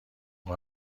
اون